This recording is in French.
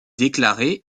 déclarée